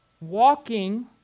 walking